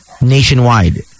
nationwide